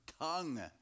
tongue